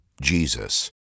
Jesus